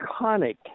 iconic